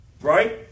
right